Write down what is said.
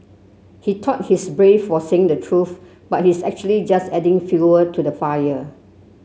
he thought he's brave for saying the truth but he's actually just adding fuel to the fire